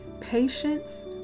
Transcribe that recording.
patience